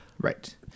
right